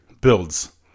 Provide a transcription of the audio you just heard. builds